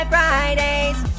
Fridays